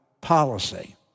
policy